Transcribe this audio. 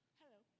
hello